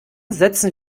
setzen